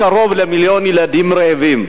קרוב למיליון ילדים רעבים.